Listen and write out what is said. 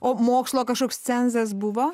o mokslo kažkoks cenzas buvo